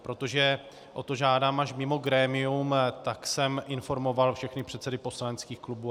Protože o to žádám až mimo grémium, tak jsem informoval všechny předsedy poslaneckých klubů.